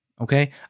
okay